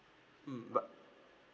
mm but